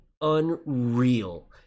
unreal